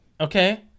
Okay